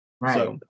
Right